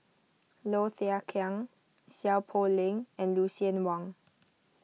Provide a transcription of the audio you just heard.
Low Thia Khiang Seow Poh Leng and Lucien Wang